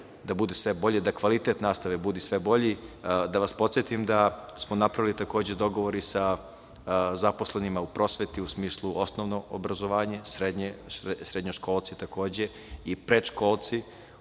da kvalitet nastave bude sve bolji.9/3 JJ/LjLDa vas podsetim da smo napravili takođe dogovor i sa zaposlenima u prosveti u smislu osnovnog obrazovanja, srednje takođe i predškolci,